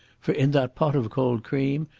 for in that pot of cold cream,